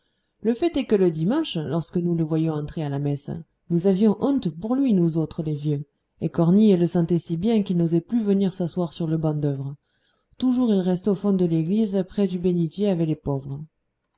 le fait est que le dimanche lorsque nous le voyions entrer à la messe nous avions honte pour lui nous autres les vieux et cornille le sentait si bien qu'il n'osait plus venir s'asseoir sur le banc d'œuvre toujours il restait au fond de l'église près du bénitier avec les pauvres